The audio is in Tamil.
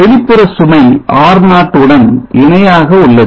வெளிப்புற சுமை R0 உடன் இணையாக உள்ளது